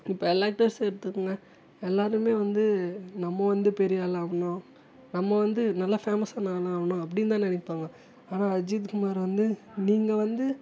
இப்போ எல்லா ஆக்ட்டர்ஸ் எடுத்துக்குங்க எல்லாருமே வந்து நம்ம வந்து பெரியாளாகணும் நம்ம வந்து நல்லா ஃபேமஸ்ஸான ஆளாகணும் அப்படினு தான் நினப்பாங்க ஆனால் அஜித்குமார் வந்து நீங்கள் வந்து